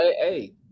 hey